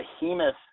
behemoth